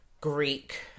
Greek